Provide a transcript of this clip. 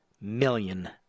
million